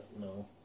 no